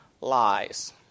lies